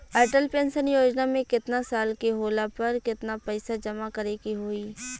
Atal pension योजना मे केतना साल के होला पर केतना पईसा जमा करे के होई?